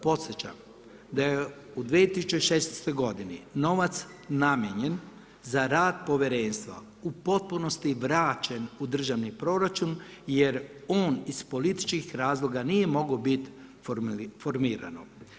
Podsjećam da je u 2016. godini novac namijenjen za rad Povjerenstva u potpunosti vraćen u državni proračun jer on iz političkih razloga nije mogao biti formirano.